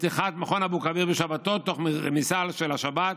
לפתיחת מכון אבו כביר בשבתות תוך רמיסה של השבת,